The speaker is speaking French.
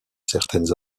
certaines